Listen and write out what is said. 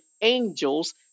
angels